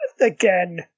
Again